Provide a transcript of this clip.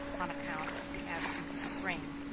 on account of the absence of rain.